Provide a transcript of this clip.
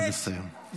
נא לסיים.